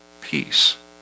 peace